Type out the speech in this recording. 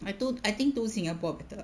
I don't I think do singapore better